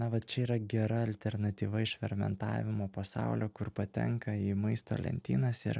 na vat čia yra gera alternatyva iš fermentavimo pasaulio kur patenka į maisto lentynas ir